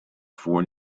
for